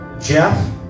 Jeff